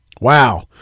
Wow